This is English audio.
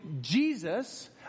Jesus